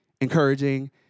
encouraging